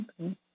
Okay